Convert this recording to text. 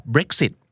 Brexit